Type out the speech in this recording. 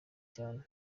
cyane